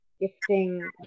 gifting